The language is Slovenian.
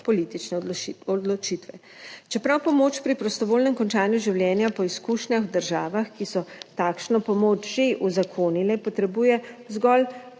politične odločitve. Čeprav pomoč pri prostovoljnem končanju življenja po izkušnjah v državah, ki so takšno pomoč, že uzakonile, potrebuje zgolj